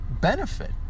benefit